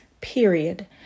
period